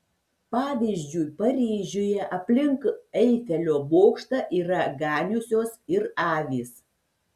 pavyzdžiui paryžiuje aplink eifelio bokštą yra ganiusios ir avys